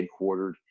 headquartered